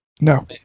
No